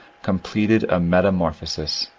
com pleted a metamorphosis,